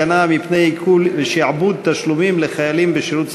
הגנה מפני עיקול ושעבוד תשלומים לחיילים בשירות סדיר),